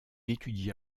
étudia